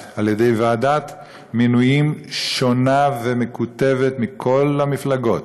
על-ידי ועדת מינויים שונה ומקוטבת מכל המפלגות,